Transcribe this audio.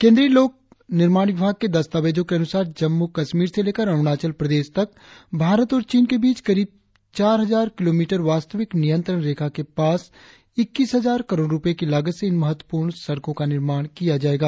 केंद्रीय लोक निर्माण विभाग के दस्तावेजो के अनुसार जम्मु कश्मीर से लेकर अरुणाचल तक भारत और चीन के बीच करीब चार हजार किलोमीटर वास्तविक निरंत्रण रेखा के पास इक्कीस हजार करोड़ रुपये की लागत से इन महत्वपूर्ण सड़को का निर्माण किया जायेगा